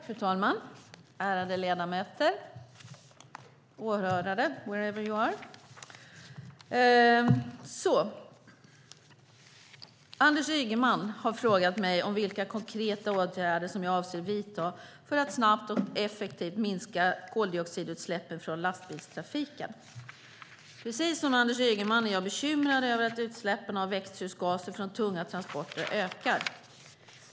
Fru talman! Ärade ledamöter! Åhörare - wherever you are! Anders Ygeman har frågat mig vilka konkreta åtgärder som jag avser att vidta för att snabbt och effektivt minska koldioxidutsläppen från lastbilstrafiken. Precis som Anders Ygeman är jag bekymrad över att utsläppen av växthusgaser från tunga transporter ökar.